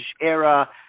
era